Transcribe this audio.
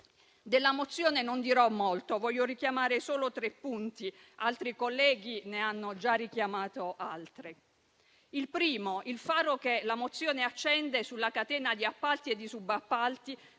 Della mozione non dirò molto, ma voglio richiamare solo tre punti, poiché altri colleghi ne hanno già richiamati altri. Il primo: il faro che la mozione accende sulla catena di appalti e di subappalti,